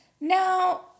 Now